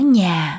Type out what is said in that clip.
nhà